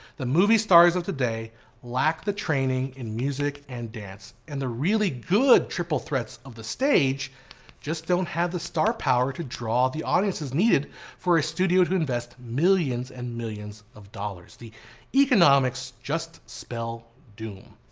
the movie stars of today lack the training in music and dance and the really good triple threats of the stage just don't have the star power to draw the audience needed for a studio to invest millions and millions of dollars. the economics just spell doom.